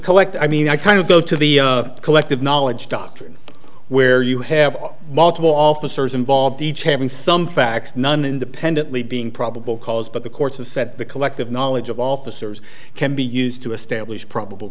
collect i mean i kind of go to the collective knowledge doctrine where you have multiple officers involved each having some facts none independently being probable cause but the courts have said the collective knowledge of officers can be used to establish probable